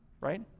right